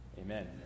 Amen